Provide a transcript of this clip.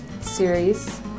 series